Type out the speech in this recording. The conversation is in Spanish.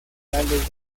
gales